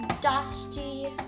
Dusty